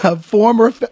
former